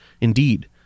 indeed